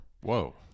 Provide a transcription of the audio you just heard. Whoa